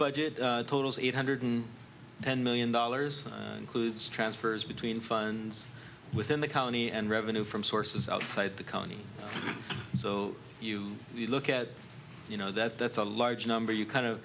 budget totals eight hundred ten million dollars includes transfers between funds within the county and revenue from sources outside the county so you look at you know that that's a large number you kind of